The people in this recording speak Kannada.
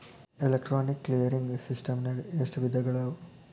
ಎಲೆಕ್ಟ್ರಾನಿಕ್ ಕ್ಲಿಯರಿಂಗ್ ಸಿಸ್ಟಮ್ನಾಗ ಎಷ್ಟ ವಿಧಗಳವ?